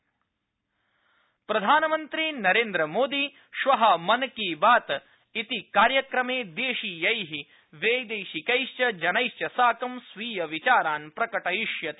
प्रधानमन्त्री मन की बात प्रधानमन्त्री मोदी श्व मन की बात इति कार्यक्रमे देशीयै वैदेशिकैश्च जनैश्च साकं स्वीय विचारान् प्रकटयिष्यति